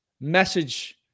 message